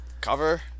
cover